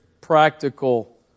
practical